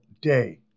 day